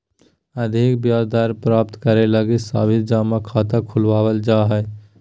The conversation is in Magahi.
अधिक ब्याज दर प्राप्त करे लगी सावधि जमा खाता खुलवावल जा हय